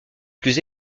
plus